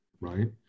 right